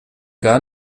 gar